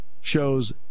shows